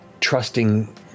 trusting